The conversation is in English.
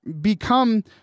become